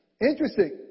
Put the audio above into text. Interesting